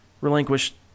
relinquished